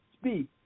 speak